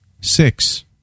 Six